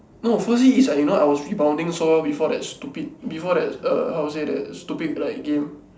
no firstly is like you know I was rebounding so before that stupid before that err how do you say that stupid like game